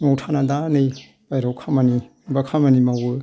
न'आव थानानै दा नै बायह्रायाव बा खामानि मावो